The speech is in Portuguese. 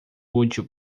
útil